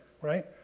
right